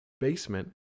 basement